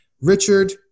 Richard